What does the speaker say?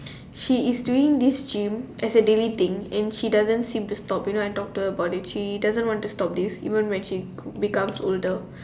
she is doing this gym as a daily thing and she doesn't seem to stop you know I talk to her about it she doesn't want to stop this even when she becomes older